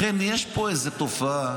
לכן יש פה איזו תופעה,